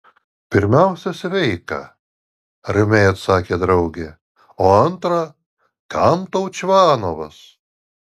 pirmiausia sveika ramiai atsakė draugė o antra kam tau čvanovas